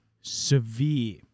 severe